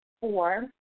four